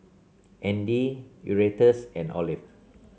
Andy Erastus and Olive